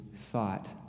thought